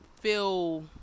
feel